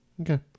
Okay